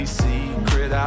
secret